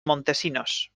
montesinos